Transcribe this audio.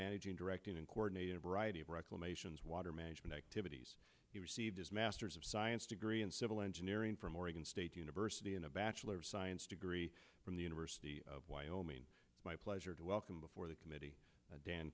managing directing and coordinated a variety of reclamation water management activities he received his master's of science degree in civil engineering from oregon state university and a bachelor of science degree from the university of wyoming pleasure to welcome before the committee dan